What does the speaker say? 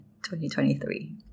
2023